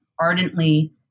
ardently